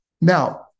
Now